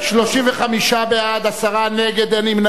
תקופת כהונתו של נשיא בית-הדין השרעי לערעורים),